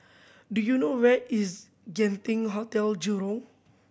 do you know where is Genting Hotel Jurong